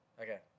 Okay